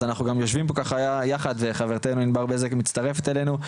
אז אנחנו גם יושבים פה ככה יחד וחברתינו ענבר בזק מצטרפת אלינו,